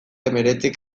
hemeretzik